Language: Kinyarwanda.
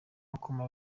akamo